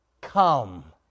come